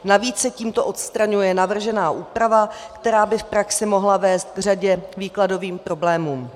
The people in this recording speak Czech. Navíc se tímto odstraňuje navržená úprava, která by v praxi mohla vést k řadě výkladových problémů.